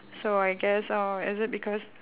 so I guess oh is it because